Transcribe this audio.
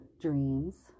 dreams